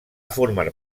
format